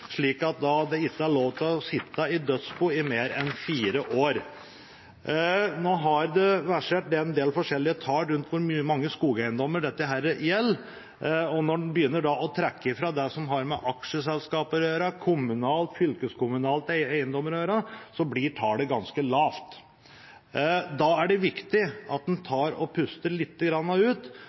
slik at det ikke er lov til å sitte i dødsbo i mer enn fire år. Nå har det versert forskjellige tall rundt hvor mange skogeiendommer dette gjelder, og når en begynner å trekke fra det som har med aksjeselskaper å gjøre, kommunale og fylkeskommunale eiendommer å gjøre, så blir tallet ganske lavt. Da er det viktig at en puster lite grann ut